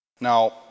Now